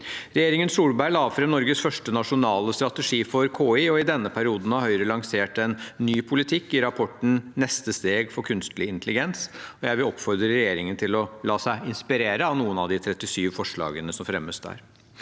Regjeringen Solberg la fram Norges første nasjonale strategi for KI, og i denne perioden har Høyre lansert en ny politikk i rapporten «Neste steg for kunstig intelligens». Jeg vil oppfordre regjeringen til å la seg inspirere av noen av de 37 forslagene som fremmes der.